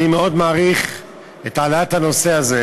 אני מאוד מעריך את העלאת הנושא הזה,